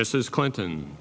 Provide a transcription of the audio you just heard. mrs clinton